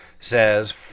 says